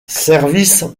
service